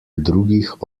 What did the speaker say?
drugih